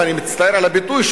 ואני מצטער על הביטוי,